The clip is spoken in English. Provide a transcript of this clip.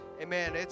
Amen